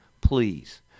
Please